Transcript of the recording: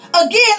again